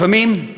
לפעמים,